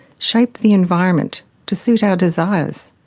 shape the environment to suit our desires.